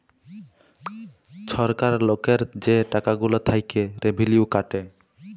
ছরকার লকের যে টাকা গুলা থ্যাইকে রেভিলিউ কাটে